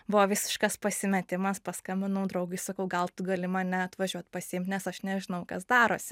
buvo visiškas pasimetimas paskambinau draugui sakau gal tu gali mane atvažiuot pasiimt nes aš nežinau kas darosi